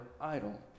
idol